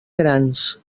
grans